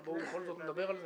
אבל בואו בכל זאת נדבר על זה.